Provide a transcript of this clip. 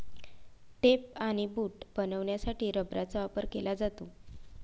tape आणि boot बनवण्यासाठी रबराचा वापर केला जातो